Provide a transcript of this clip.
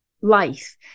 Life